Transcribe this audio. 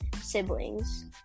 Siblings